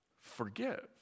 forgive